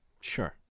Sure